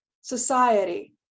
society